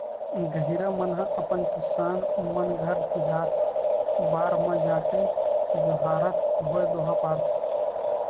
गहिरा मन ह अपन किसान मन घर तिहार बार म जाके जोहारत होय दोहा पारथे